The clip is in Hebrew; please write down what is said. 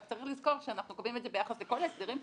רק צריך לזכור שזה ביחס לכל ההסדרים,